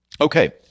Okay